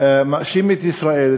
מאשים את ישראל,